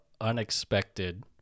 unexpected